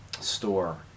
store